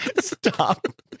Stop